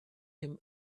him